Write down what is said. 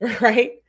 right